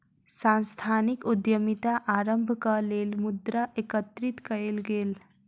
सांस्थानिक उद्यमिता आरम्भक लेल मुद्रा एकत्रित कएल गेल